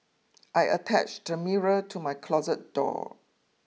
I attached a mirror to my closet door